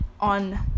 on